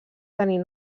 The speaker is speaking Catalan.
tenir